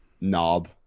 knob